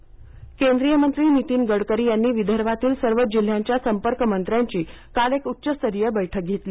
गडकरी बैठक केंद्रीय मंत्री नितीन गडकरी यांनी विदर्भातील सर्व जिल्ह्यांच्या संपर्कमंत्र्यांची काल एक उच्चस्तरीय बैठक घेतली